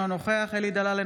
אינו נוכח אלי דלל,